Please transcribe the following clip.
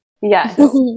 Yes